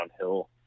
downhill